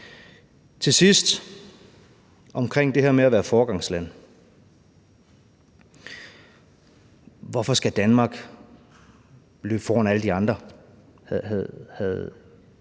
Til sidst omkring det her med at være foregangsland: Hvorfor skal Danmark løbe foran alle de andre?